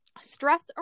Stress